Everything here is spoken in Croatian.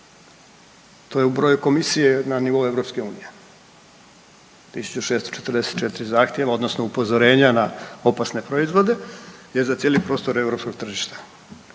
to je broj komisije na nivou Europske Unije, 1644 zahtjeva, odnosno upozorenja na opasne proizvode je za cijeli prostor Europskog tržišta.